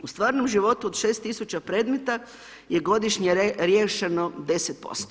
U stvarnom životu od 6.000 predmeta je godišnje riješeno 10%